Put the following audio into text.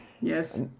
Yes